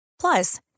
Plus